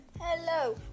Hello